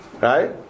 Right